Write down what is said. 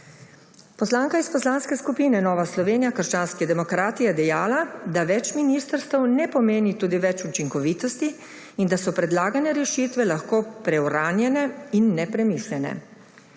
Poslanka iz Poslanske skupine Nova Slovenija - Krščanski demokrati je dejala, da več ministrstev ne pomeni tudi več učinkovitosti in da so predlagane rešitve lahko preuranjene in nepremišljene.